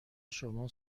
شما